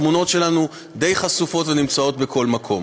תמונות שלנו די חשופות ונמצאות בכל מקום.